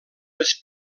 les